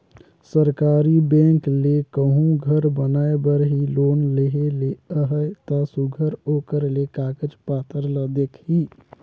सरकारी बेंक ले कहों घर बनाए बर ही लोन लेहे ले अहे ता सुग्घर ओकर ले कागज पाथर ल देखही